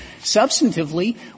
substantively